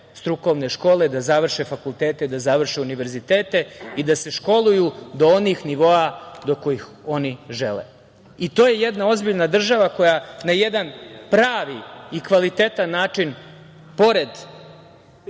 strukovne škole, da završe fakultete, da završe univerzitete i da se školuju do onih nivoa do kojih oni žele. I to je jedna ozbiljna država koja na jedan pravi i kvalitetan način, pored